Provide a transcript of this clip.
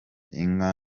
inka